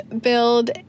build